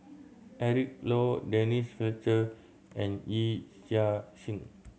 Eric Low Denise Fletcher and Yee Chia Hsing